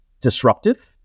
disruptive